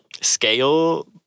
Scale